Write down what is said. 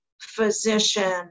physician